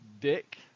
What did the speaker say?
dick